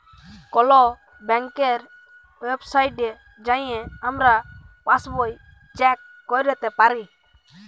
call ব্যাংকের ওয়েবসাইটে যাঁয়ে আমরা পাসবই চ্যাক ক্যইরতে পারি